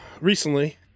recently